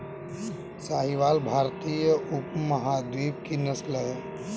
साहीवाल भारतीय उपमहाद्वीप की नस्ल है